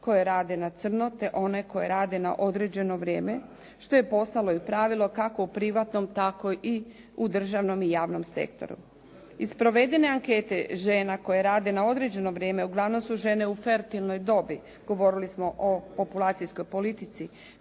koje rade na crno, te one koje rade na određeno vrijeme, što je postalo i pravilo kako u privatnom, tako i u državnom i javnom sektoru. Iz provedene ankete žena koje rade na određeno vrijeme uglavnom su žene u fertilnoj dobi, govorili smo o populacijskoj politici,